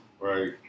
Right